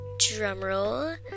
Drumroll